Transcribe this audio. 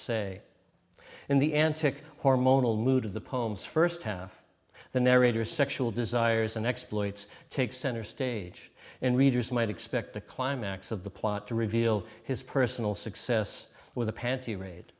say in the antic hormonal mood of the poems first half the narrator sexual desires and exploits take center stage and readers might expect the climax of the plot to reveal his personal success with the panty ra